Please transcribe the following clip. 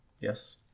Yes